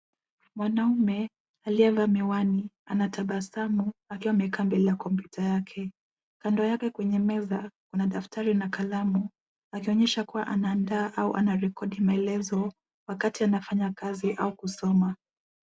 Mwanaume aliyevaa miwani anatabasamu akiwa amekaa mbele ya kompyuta yake. Kando yake kwenye meza kuna daftari na kalamu akionyesha kuwa anaandaa au anarekodi maelezo wakati anafanya kazi au kusoma.